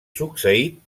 succeït